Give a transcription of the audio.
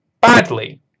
Badly